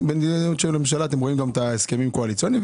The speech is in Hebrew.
ואתם רואים את ההסכמים הקואליציוניים,